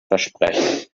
versprechen